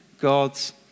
God's